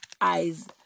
eyes